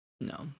No